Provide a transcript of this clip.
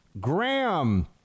Graham